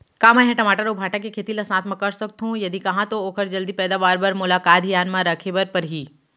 का मै ह टमाटर अऊ भांटा के खेती ला साथ मा कर सकथो, यदि कहाँ तो ओखर जलदी पैदावार बर मोला का का धियान मा रखे बर परही?